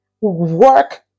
work